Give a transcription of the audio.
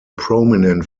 prominent